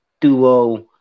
duo